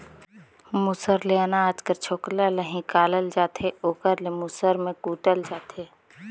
मूसर ले अनाज कर छोकला ल हिंकालल जाथे ओकरे ले मूसर में कूटल जाथे